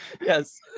Yes